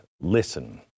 listen